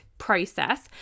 process